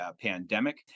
pandemic